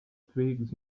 twigs